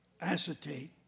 Acetate